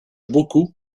beaucoup